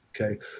okay